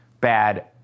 bad